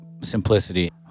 simplicity